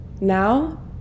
Now